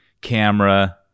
camera